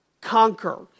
conquer